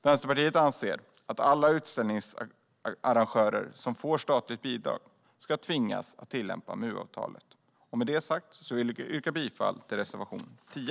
Vänsterpartiet anser att alla utställningsarrangörer som får statligt bidrag ska tvingas att tillämpa MU-avtalet. Med detta sagt yrkar jag bifall till reservation 10.